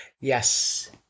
yes